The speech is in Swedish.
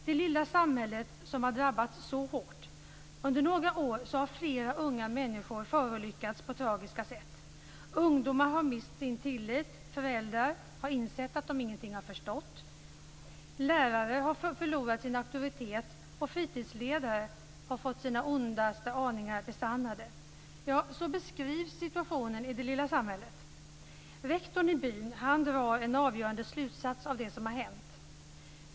Det lilla samhället har drabbats hårt. Under de senaste åren har flera unga människor förolyckats på tragiska sätt. Ungdomar har mist sin tillit och föräldrar har insett att de ingenting har förstått. Lärare har förlorat sin auktoritet och fritidsledare har fått sina ondaste aningar besannade. Ja, så beskrivs situationen i det lilla samhället. Rektorn i byn drar en avgörande slutsats av det som har hänt.